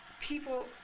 people